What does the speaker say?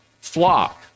flock